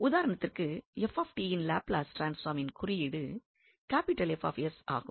உதாரணத்திற்கு 𝑓𝑡 யின் லாப்லஸ் ட்ரான்ஸ்பார்மின் குறியீடு 𝐹𝑠 ஆகும்